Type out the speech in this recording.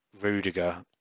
Rudiger